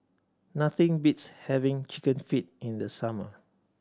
nothing beats having Chicken Feet in the summer